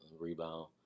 rebound